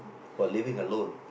who are living alone